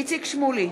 איציק שמולי,